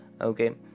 okay